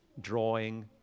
drawing